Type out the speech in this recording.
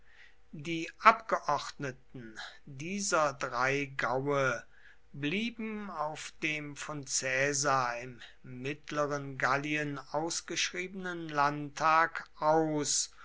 die abgeordneten dieser drei gaue blieben auf dem von caesar im mittleren gallien ausgeschriebenen landtag aus